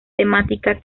temática